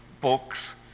books